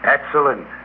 Excellent